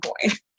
point